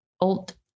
Old